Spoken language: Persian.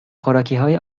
خوراکیهای